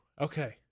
Okay